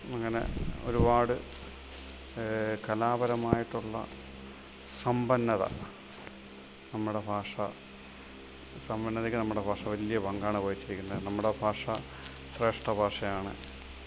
അങ്ങനെ ഒരുപാട് കലാപരമായിട്ടുള്ള സമ്പന്നത നമ്മുടെ ഭാഷ സമ്പന്നതയ്ക്ക് നമ്മുടെ ഭാഷ വലിയ പങ്കാണ് വഹിച്ചിരിക്കുന്നത് നമ്മുടെ ഭാഷ ശ്രേഷ്ഠ ഭാഷയാണ്